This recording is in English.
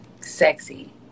sexy